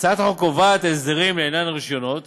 הצעת החוק קובעת הסדרים לעניין רישיונות